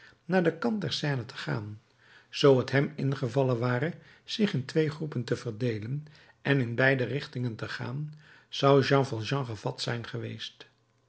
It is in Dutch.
naar den kant der seine te gaan zoo t hem ingevallen ware zich in twee troepen te verdeelen en in beide richtingen te gaan zou jean valjean gevat zijn geweest